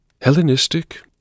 Hellenistic